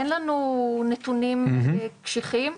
אין לנו נתונים קשיחים.